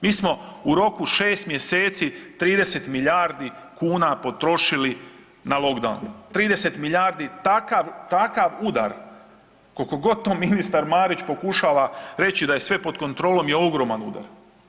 Mi smo u roku šest mjeseci 30 milijardi kuna potrošili na lockdown, 30 milijardi takav udar koliko god to ministar Marić pokušava reći da je sve pod kontrolom je ogroman udar.